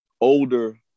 older